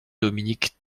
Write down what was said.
dominique